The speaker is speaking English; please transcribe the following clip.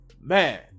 Man